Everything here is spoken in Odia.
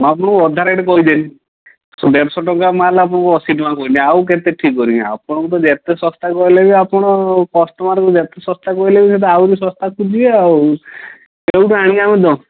ମୁଁ ଆପଣଙ୍କୁ ଅଧା ରେଟ୍ କହିଦେଇଛି ଦେଢ଼ଶହ ଟଙ୍କା ମାଲ୍ ଆପଣଙ୍କୁ ଅଶୀଟଙ୍କା କହିନି ଆଉ କେତେ ଠିକ୍ କରିବି ଆପଣଙ୍କୁ ତ ଯେତେ ଶସ୍ତା କହିଲେ ବି ଆପଣ କଷ୍ଟମର୍ କୁ ଯେତେ ଶସ୍ତା କହିଲେ ବି ସିଏ ତ ଆହୁରି ଶସ୍ତା ଖୋଜିବେ ଆଉ କେଉଁଠୁ ଆଣିକି ଆମେ ଦେବ